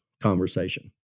conversation